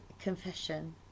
confession